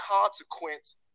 consequence